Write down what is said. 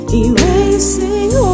erasing